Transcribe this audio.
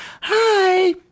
hi